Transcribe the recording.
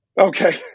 okay